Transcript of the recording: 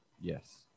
Yes